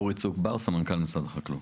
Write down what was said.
שמי אורי צוק-בר, סמנכ"ל משרד החקלאות.